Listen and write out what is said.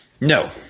No